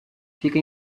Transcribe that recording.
fica